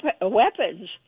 weapons